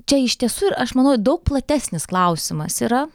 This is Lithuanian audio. čia iš tiesų ir aš manau daug platesnis klausimas yra